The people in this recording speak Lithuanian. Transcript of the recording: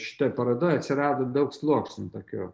šitoj parodoj atsirado daug sluoksnių tokių